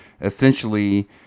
essentially